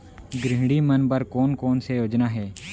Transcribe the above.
गृहिणी मन बर कोन कोन से योजना हे?